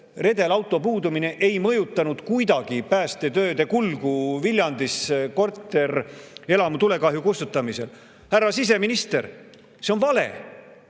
redelauto puudumine ei mõjutanud kuidagi päästetööde kulgu Viljandis korterelamu tulekahju kustutamisel. Härra siseminister, see on vale,